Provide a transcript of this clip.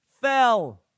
Fell